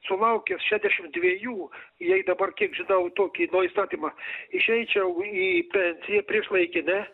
sulaukęs šedešim dviejų jei dabar kiek žinau tokį no įstatymą išeičiau į pensiją priešlaikinę